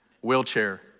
wheelchair